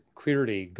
clearly